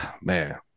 Man